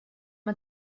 mae